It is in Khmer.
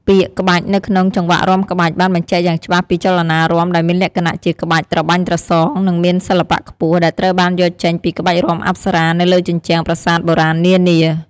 ពាក្យ "ក្បាច់" នៅក្នុង "ចង្វាក់រាំក្បាច់" បានបញ្ជាក់យ៉ាងច្បាស់ពីចលនារាំដែលមានលក្ខណៈជាក្បាច់ ត្របាញ់ត្រសង និងមានសិល្បៈខ្ពស់ ដែលត្រូវបានយកចេញពីក្បាច់រាំអប្សរានៅលើជញ្ជាំងប្រាសាទបុរាណនានា។